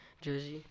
jersey